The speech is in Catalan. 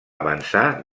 avançar